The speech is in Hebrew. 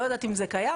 לא יודעת אם זה קיים.